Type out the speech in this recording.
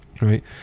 right